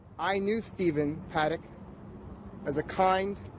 i knew steven paddock as a kind,